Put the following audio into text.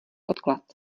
odklad